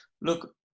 Look